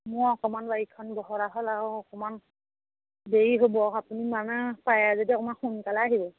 মোৰ অকণমান বাৰীখন বহল আহল আৰু অকণমান দেৰি হ'ব আপুনি মানে পাৰে যদি অকণমান সোনকালে আহিব